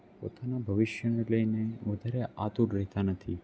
પોતાના ભવિષ્યને લઈને વધારે આતુર રહેતા નથી